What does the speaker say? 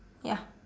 ya